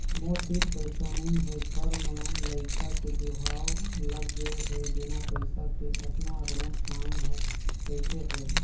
मोर तीर पइसा नइ हे घर म लइका के बिहाव लग गे हे बिना पइसा के अतना रोंट काम हर कइसे होही